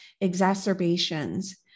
exacerbations